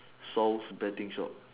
solve betting shop